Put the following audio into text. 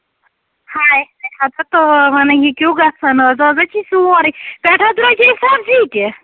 ہاے ہاے ہَتو تاوَن یہِ کیٛاہ ہو گژھن آز آز ہو چھی سورُے پٮ۪ٹھٕ ہاو درٛوگے سَبزی تہِ